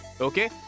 Okay